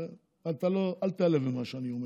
אבל אל תיעלב ממה שאני אומר,